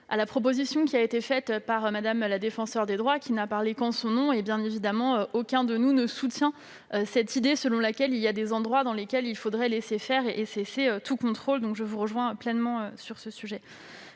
à la proposition de Mme la Défenseure des droits, qui n'a parlé qu'en son nom propre. Bien évidemment, aucun de nous ne soutient l'idée selon laquelle il y a des endroits dans lesquels il faudrait laisser faire et cesser tout contrôle. Je vous rejoins donc pleinement sur ce sujet.